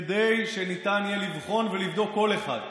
כדי שניתן יהיה לבחון ולבדוק כל אחד,